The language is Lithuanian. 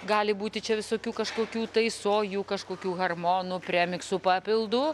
gali būti čia visokių kažkokių tai sojų kažkokių harmonų premiksų papildų